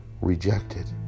rejected